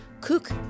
Cook